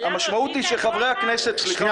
המשמעות היא שחברי הכנסת לא